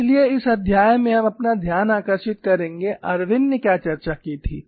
इसलिए इस अध्याय में हम अपना ध्यान आकर्षित करेंगे इरविन ने क्या चर्चा की थी